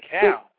cow